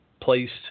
placed